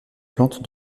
plantes